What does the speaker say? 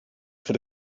for